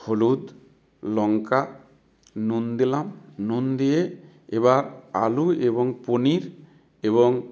হলুদ লঙ্কা নুন দিলাম নুন দিয়ে এবার আলু এবং পনির এবং